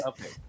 Okay